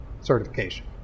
certification